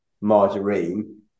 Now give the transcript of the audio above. margarine